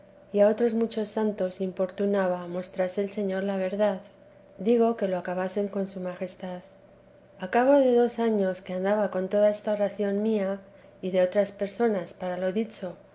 y a otros muchos santos importunaba mostrase el señoría verdad digo que lo acabasen con su majestad a cabo de dos años que andaba con toda esta oración mía y de otras personas para lo dicho